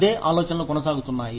అదే ఆలోచనలు కొనసాగుతున్నాయి